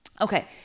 Okay